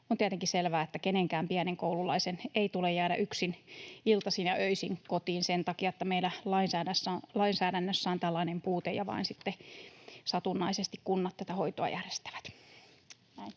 on tietenkin selvää, että kenenkään pienen koululaisen ei tule jäädä iltaisin ja öisin yksin kotiin sen takia, että meidän lainsäädännössämme on tällainen puute ja sitten vain satunnaisesti kunnat tätä hoitoa järjestävät.